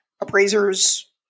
appraisers